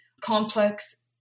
complex